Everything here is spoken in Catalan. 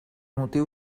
motiu